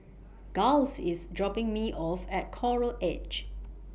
Giles IS dropping Me off At Coral Edge